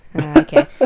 Okay